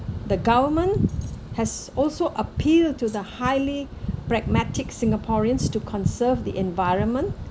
the government has also appeal to the highly pragmatic singaporeans to conserve the environment